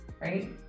right